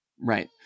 Right